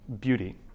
beauty